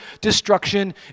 destruction